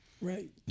right